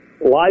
life